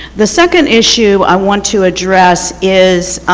the second issue i want to address is,